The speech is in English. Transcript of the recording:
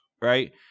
right